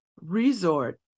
resort